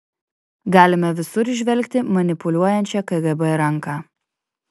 galime visur įžvelgti manipuliuojančią kgb ranką